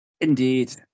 Indeed